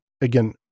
Again